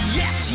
yes